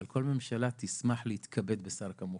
אבל אני חושב שכל ממשלה תשמח להתכבד בשר כמוך.